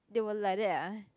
they were like that ah